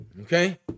Okay